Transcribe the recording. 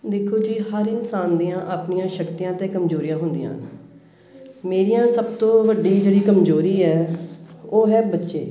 ਦੇਖੋ ਜੀ ਹਰ ਇਨਸਾਨ ਦੀਆਂ ਆਪਣੀਆਂ ਸ਼ਕਤੀਆਂ ਅਤੇ ਕਮਜ਼ੋਰੀਆਂ ਹੁੰਦੀਆਂ ਮੇਰੀਆਂ ਸਭ ਤੋਂ ਵੱਡੀ ਜਿਹੜੀ ਕਮਜ਼ੋਰੀ ਹੈ ਉਹ ਹੈ ਬੱਚੇ